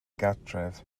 gartref